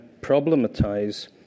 problematize